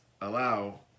allow